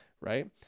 right